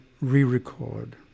re-record